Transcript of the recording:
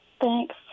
Thanks